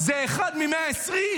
זה אחד מ-120.